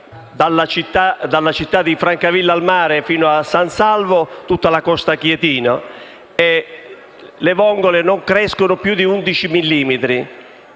nelle città da Francavilla al Mare fino a San Salvo, in tutta la costa chietina, le vongole non crescono più di 11